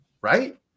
right